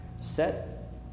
Set